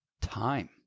time